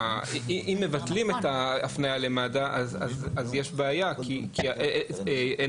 אם מבטלים את ההפניה למד"א אז יש בעיה כי אין